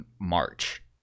March